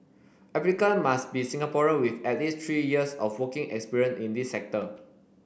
applicant must be Singaporean with at least three years of working experience in the sector